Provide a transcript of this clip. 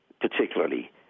particularly